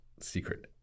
Secret